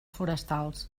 forestals